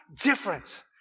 different